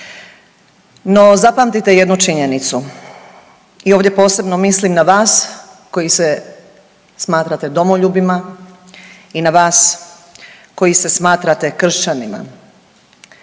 No, zapamtite jednu činjenicu i ovdje posebno mislim na vas koji se smatrate domoljubima i na vas koji se smatrate kršćanima.